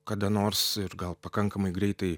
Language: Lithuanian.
kada nors ir gal pakankamai greitai